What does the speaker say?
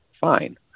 Fine